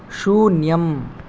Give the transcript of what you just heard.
शून्यम्